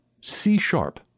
C-sharp